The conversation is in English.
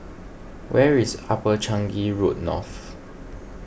where is Upper Changi Road North